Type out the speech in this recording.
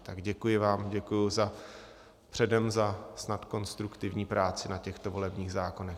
Tak vám děkuji předem za snad konstruktivní práci na těchto volebních zákonech.